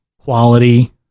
quality